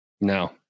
No